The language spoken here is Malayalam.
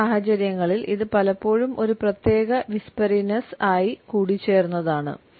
ഈ സാഹചര്യങ്ങളിൽ ഇത് പലപ്പോഴും ഒരു പ്രത്യേക വിസ്പറിനെസ് ആയി കൂടിച്ചേർന്നതാണ്